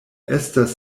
estas